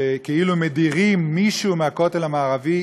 כאילו מדירים מישהו מהכותל המערבי,